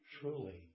truly